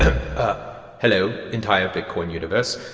hello, entire bitcoin universe.